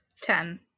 ten